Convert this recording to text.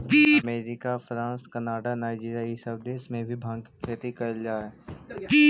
America, France, Canada, Nigeria इ सब देश में भी भाँग के खेती होवऽ हई